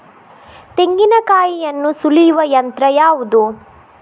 ತೆಂಗಿನಕಾಯಿಯನ್ನು ಸುಲಿಯುವ ಯಂತ್ರ ಯಾವುದು?